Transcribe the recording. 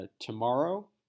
tomorrow